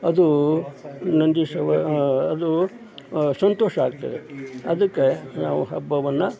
ಅದು ನಂದಿಸುವ ಅದು ಸಂತೋಷ ಆಗ್ತದೆ ಅದಕ್ಕೆ ನಾವು ಹಬ್ಬವನ್ನು